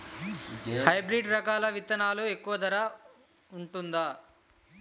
Hybrid రకాల విత్తనాలు తక్కువ ధర ఉంటుందా?